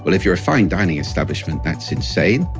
but if you're a fine dining establishment, that's insane.